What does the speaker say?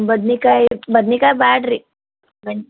ಬದ್ನಿಕಾಯಿ ಬದ್ನಿಕಾಯಿ ಬ್ಯಾಡ್ರಿ ಬೆಂಡ್